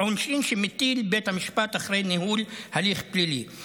שמטיל בית המשפט אחרי ניהול הליך פלילי.